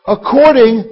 According